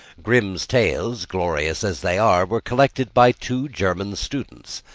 grimm's tales, glorious as they are, were collected by two german students.